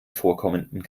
vorkommenden